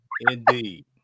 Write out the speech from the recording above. Indeed